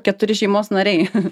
keturi šeimos nariai